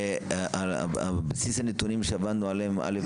על בסיס הנתונים שעבדנו עליהם א',